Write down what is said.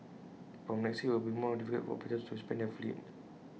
from next year IT will be more difficult for operators to expand their fleet